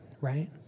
right